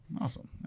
Awesome